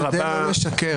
רק תשתדל לא לשקר.